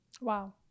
Wow